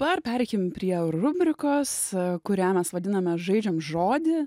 dabar pereikim prie rubrikos kurią mes vadiname žaidžiam žodį